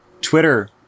Twitter